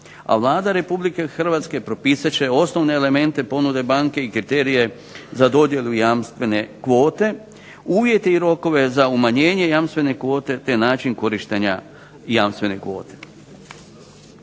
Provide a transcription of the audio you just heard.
a Vlada Republike Hrvatske propisat će osnovne elemente ponude banke i kriterije za dodjelu jamstvene kvote, uvjete i rokove za umanjenje jamstvene kvote, te način korištenja jamstvene kvote.